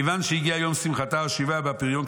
כיוון שהגיע יום שמחתה, הושיבוה באפיריון.